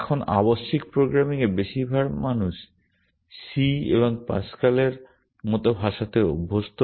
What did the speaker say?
এখন আবশ্যিক প্রোগ্রামিং এ বেশিরভাগ মানুষ c এবং প্যাসকেলের মতো ভাষাতে অভ্যস্ত